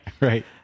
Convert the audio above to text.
Right